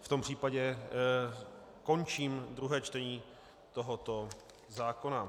V tom případě končím druhé čtení tohoto zákona.